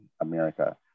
America